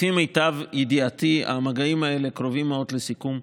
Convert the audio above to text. לפי מיטב ידיעתי, המגעים האלה קרובים מאוד לסיכום.